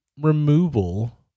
removal